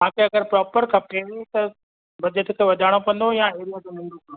तव्हां खे अगरि प्रोपर खपेव त बजट खे वधाइणो पवंदो या एरिया खे नंढो कयो